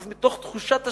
אז מתוך תחושת השליחות,